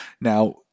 Now